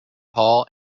hall